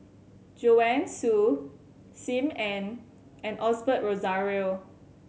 Joanne Soo Sim Ann and Osbert Rozario